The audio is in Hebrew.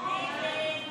הסתייגות